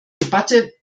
debatte